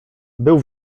był